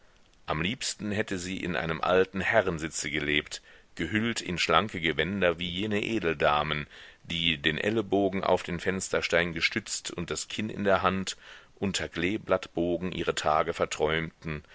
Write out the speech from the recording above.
am liebsten hätte sie in einem alten herrensitze gelebt gehüllt in schlanke gewänder wie jene edeldamen die den ellenbogen auf den fensterstein gestützt und das kinn in der hand unter kleeblattbogen ihre tage verträumten